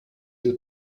you